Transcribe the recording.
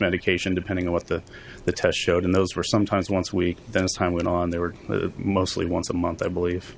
medication depending on what the test showed and those were sometimes once a week then as time went on they were mostly once a month i believe